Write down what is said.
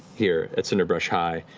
here at cinderbrush high.